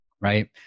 right